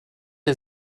der